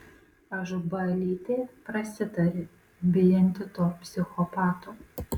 ažubalytė prasitarė bijanti to psichopato